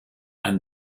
and